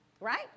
right